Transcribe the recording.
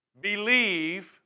Believe